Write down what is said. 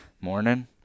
Morning